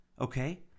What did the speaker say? okay